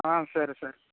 సరే సరే